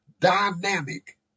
dynamic